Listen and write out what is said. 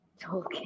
Tolkien